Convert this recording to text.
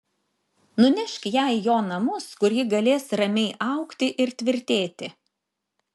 nunešk ją į jo namus kur ji galės ramiai augti ir tvirtėti